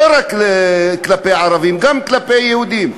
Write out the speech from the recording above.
לא רק כלפי ערבים, גם כלפי יהודים.